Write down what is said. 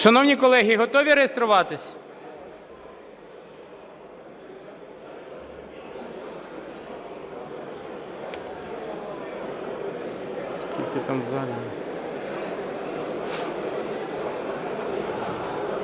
Шановні колеги, готові реєструватись?